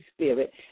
Spirit